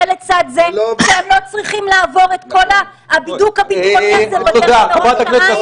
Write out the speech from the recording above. לצד זה כשהם לא צריכים לעבור את כל הבידוק הביטחוני הזה בדרך לראש העין?